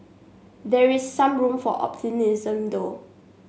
there is some room for optimism though